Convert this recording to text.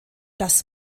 das